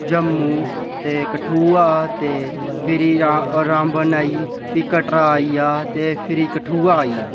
जम्मू ते कठुआ ते फिरी राम रामवन आई गेआ फ्ही कटरा आई गेआ ते फिरी कठुआ आई गेआ